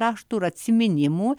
raštų ir atsiminimų